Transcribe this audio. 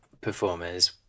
performers